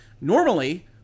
Normally